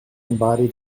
embody